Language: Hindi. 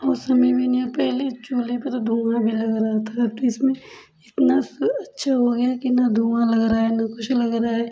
उस समय पहले चूल्हे पे तो धुआँ भी लग रहा था फिर इसमें इतना अच्छा हो गया है कि न धुआँ लग रहा है ना कुछ लग रहा है